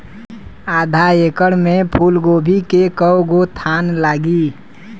आधा एकड़ में फूलगोभी के कव गो थान लागी?